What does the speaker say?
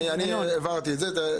אני העברתי את זה.